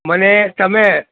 મને તમે